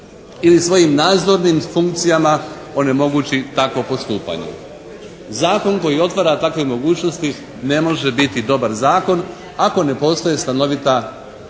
ili svojim nadzornim funkcijama onemogući takvo postupanje. Zakon koji otvara takve mogućnosti ne može biti dobar zakon ako ne postoje stanovita